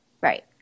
Right